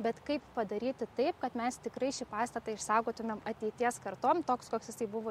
bet kaip padaryti taip kad mes tikrai šį pastatą išsaugotumėm ateities kartom toks koks jisai buvo